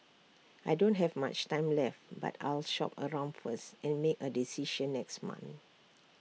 I don't have much time left but I'll shop around first and make A decision next month